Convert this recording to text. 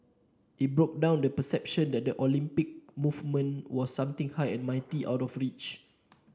it broke down the perception that the Olympic movement was something high and mighty out of reach